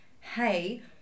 hey